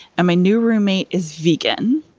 and my new roommate is vegan.